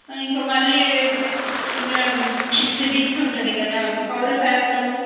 ఇంకా మళ్ళీ సివిక్స్ ఉంటుంది కదా పౌరశాస్త్రము